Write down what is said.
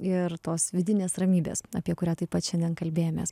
ir tos vidinės ramybės apie kurią taip pat šiandien kalbėjomės